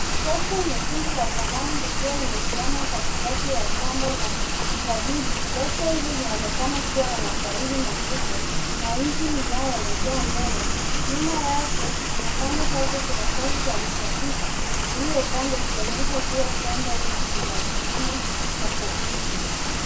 Trekta nyekundu la zamani likiwa limesimama katikati ya shamba la mizabibu. Trekta hili linaonekana kuwa na matairi makubwa na injini inayoelekea mbele. Nyuma yake na pande zake kuna safu za mizabibu iliyopandwa ikionyesha kuwa shamba hili ni la kilimo cha zabibu.